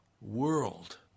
world